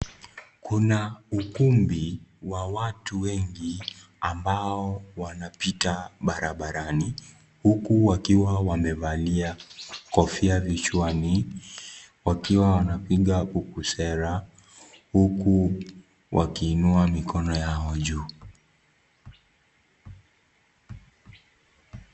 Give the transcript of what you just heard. Kuna ukumbi wa watu wengi ambao wanapita barabarani huku wakiwa wamevalia kofia vichwani wakiwa wakilinga kuhusu sera, huku wakiinua mikono yao juu.